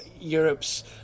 Europe's